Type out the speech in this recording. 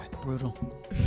Brutal